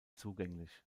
zugänglich